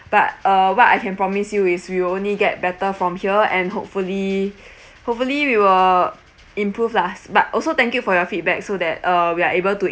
but uh what I can promise you is we will only get better from here and hopefully hopefully we will improve lah but also thank you for your feedback so that uh we are able to